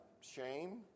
shame